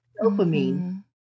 dopamine